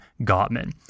Gottman